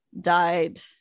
died